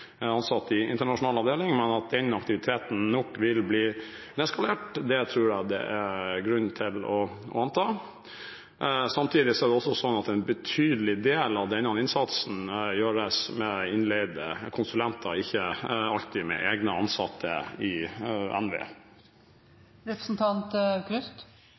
internasjonal avdeling – nok vil bli nedskalert, tror jeg det er grunn til å anta. Samtidig er det slik at en betydelig del av denne innsatsen gjøres med innleide konsulenter, ikke alltid med egne ansatte i